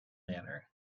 manner